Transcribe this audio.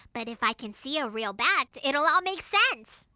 but if i can see a real bat, it'll all make sense!